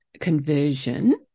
conversion